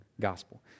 gospel